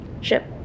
ship